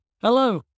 Hello